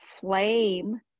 flame